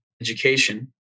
education